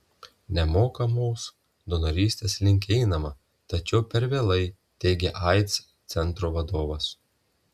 nemokamos donorystės link einama tačiau per lėtai teigė aids centro vadovas